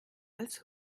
als